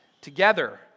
together